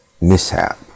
mishap